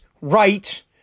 right